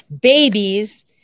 babies